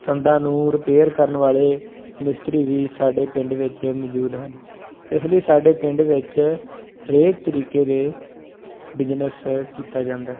ਸੰਦਾਂ ਨੂੰ ਰਿਪੇਅਰ ਕਰਨ ਵਾਲੇ ਮਿਸਤਰੀ ਵੀ ਸਾਡੇ ਪਿੰਡ ਵਿੱਚ ਮੌਜੂਦ ਹਨ ਇਸ ਲਈ ਸਾਡੇ ਪਿੰਡ ਵਿੱਚ ਹਰੇਕ ਤਰੀਕੇ ਦੇ ਬਿਜਨਸ ਕੀਤਾ ਜਾਂਦਾ ਹੈ